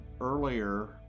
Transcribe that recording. earlier